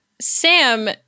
Sam